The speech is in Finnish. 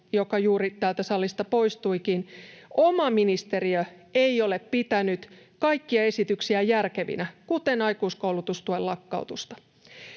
joka juuri täältä salista poistuikin, oma ministeriö ei ole pitänyt kaikkia esityksiä järkevinä, kuten aikuiskoulutustuen lakkautusta.